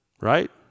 Right